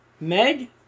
Meg